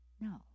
No